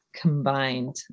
combined